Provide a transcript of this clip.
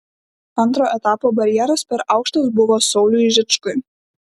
antrojo etapo barjeras per aukštas buvo sauliui žičkui